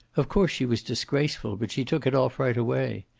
of course she was disgraceful, but she took it off right away.